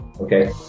okay